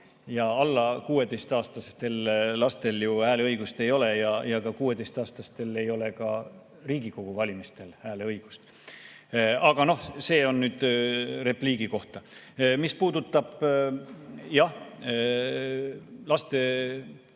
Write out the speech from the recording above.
Alla 16‑aastastel lastel ju hääleõigust ei ole ja 16‑aastastel ei ole ka Riigikogu valimistel hääleõigust. Aga see oli nüüd repliigi kohta. Mis puudutab laste